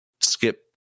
skip